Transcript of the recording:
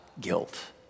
guilt